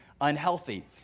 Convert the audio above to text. unhealthy